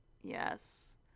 Yes